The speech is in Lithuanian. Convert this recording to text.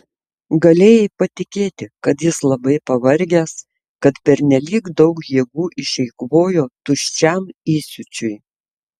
galėjai patikėti kad jis labai pavargęs kad pernelyg daug jėgų išeikvojo tuščiam įsiūčiui